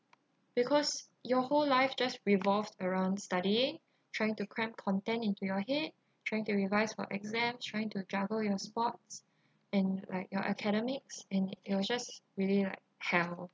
because your whole life just revolves around study trying to cram content into your head trying to revise for exam trying to juggle in sports and like your academics and it was just really like hell